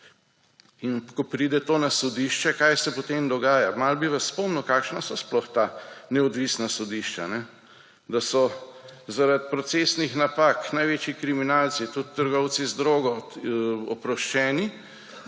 In ko pride to na sodišče, kaj se potem dogaja? Malo bi vas spomnil, kakšna so sploh ta neodvisna sodišča. Da so zaradi procesnih napak največji kriminalci, tudi trgovci z drogo, oproščeni.